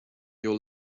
your